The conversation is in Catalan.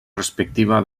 respectiva